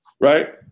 right